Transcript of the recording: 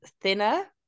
thinner